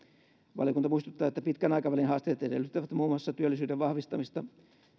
valiokunta muistuttaa että pitkän aikavälin haasteet edellyttävät muun muassa työllisyyden vahvistamista